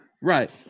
Right